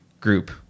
group